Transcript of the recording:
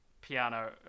piano